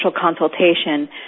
consultation